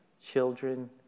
children